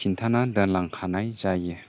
खिन्थाना दोनलांखानाय जायो